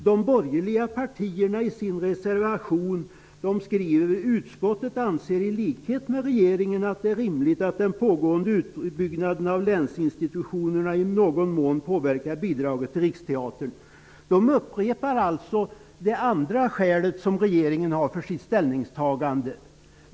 De borgerliga partierna skriver i sin reservation: ''Utskottet anser i likhet med regeringen att det är rimligt att den pågående utbyggnaden av länsinstitutionerna i någon mån påverkar bidraget till Riksteatern.'' De upprepar alltså ett av de skäl som regeringen har för sitt ställningstagande.